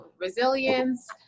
Resilience